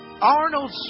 Arnold